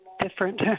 different